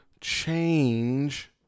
change